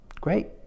great